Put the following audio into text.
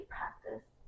practice